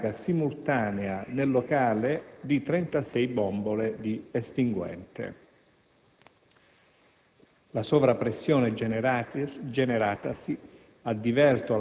la scarica simultanea nel locale di 36 bombole di estinguente. La sovrapressione generatasi